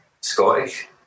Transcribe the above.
Scottish